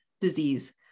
disease